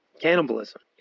cannibalism